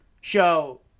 show